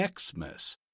Xmas